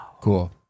cool